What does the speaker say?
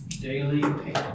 daily